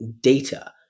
data